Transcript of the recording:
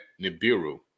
Nibiru